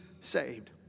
saved